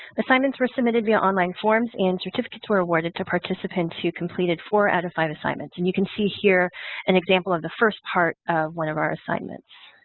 assignments were submitted via online forms and certificates were awarded to participants who completed four out of five assignments. and you can see here an example of the first part of one of our assignments.